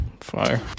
Fire